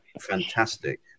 Fantastic